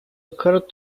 occurred